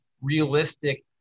realistic